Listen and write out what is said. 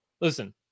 listen